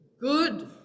good